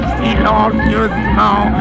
silencieusement